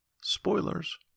spoilers